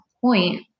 point